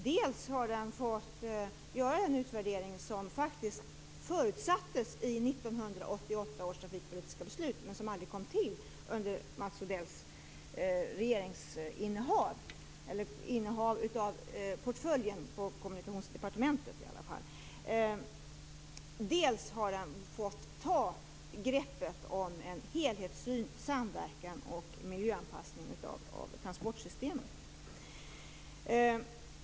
Dels har den fått göra den utvärdering som faktiskt förutsattes i 1988 års trafikpolitiska beslut men som aldrig kom till under Mats Odells innehav av portföljen på Kommunikationsdepartementet. Dels har den fått ta ett helhetsgrepp om samverkan och miljöanpassning inom transportsystemet.